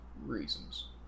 reasons